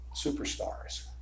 superstars